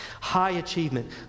high-achievement